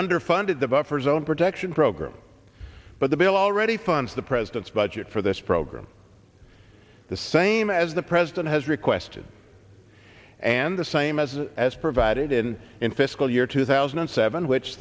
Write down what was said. underfunded the buffer zone protection program but the bill already funds the president's budget for this program the same as the president has requested and the same as as provided in in fiscal year two thousand and seven